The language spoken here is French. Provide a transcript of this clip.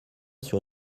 sur